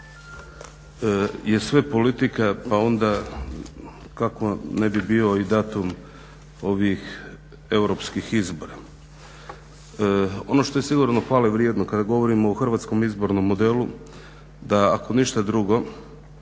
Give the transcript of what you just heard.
je sve politika, pa onda kako ne bi bio i datum ovih europskih izbora. Ono što je sigurno hvale vrijedno kada govorimo o hrvatskom izbornom modelu, da ako ništa drugo